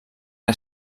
que